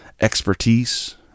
expertise